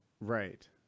Right